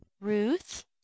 ruth